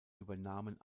übernahmen